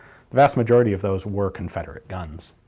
the vast majority of those were confederate guns.